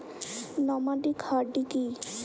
Nomadic hardy কি?